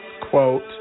Quote